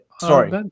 Sorry